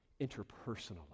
interpersonally